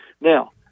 Now